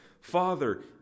Father